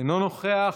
אינו נוכח,